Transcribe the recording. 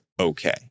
okay